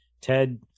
ted